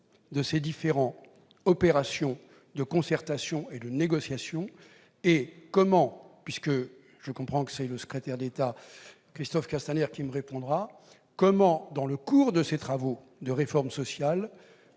de ces différentes opérations de concertation et de négociation, et comment, puisque je vois que M. le secrétaire d'État Christophe Castaner me répondra, dans le cours des travaux de réforme sociale,